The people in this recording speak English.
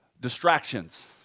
distractions